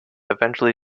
eventually